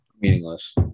Meaningless